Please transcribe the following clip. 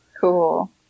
Cool